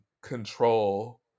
control